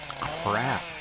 crap